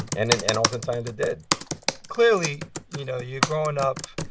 and and and oftentimes, it did clearly, you know, you're growing up.